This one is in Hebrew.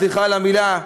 סליחה על המילה,